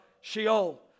Sheol